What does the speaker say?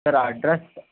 sir address